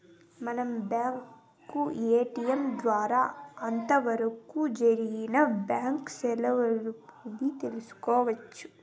మనం bank ATM ద్వారా అంతవరకు జరిపిన బ్యాంకు సెల్లింపుల్ని తెలుసుకోవచ్చు